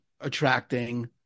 attracting